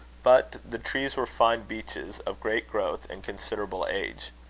but the trees were fine beeches, of great growth and considerable age.